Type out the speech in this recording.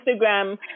Instagram